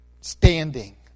standing